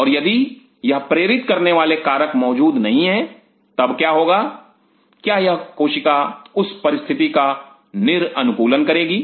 और यदि यह प्रेरित करने वाले कारक मौजूद नहीं हैं तब क्या होगा क्या यह कोशिका उस परिस्थिति का निर अनुकूलन करेगी